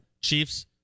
Chiefs